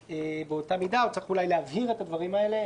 באותה או שצריך אולי להבהיר את הדברים האלה,